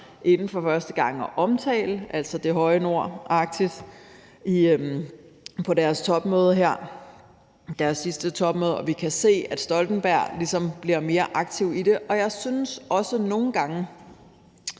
inde for første gang at omtale, altså det høje nord, Arktis på deres sidste topmøde her, og vi kan se, at Stoltenberg ligesom bliver mere aktiv i det, og jeg synes også nogle gange,